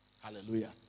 Hallelujah